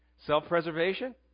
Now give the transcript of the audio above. Self-preservation